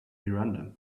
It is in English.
miranda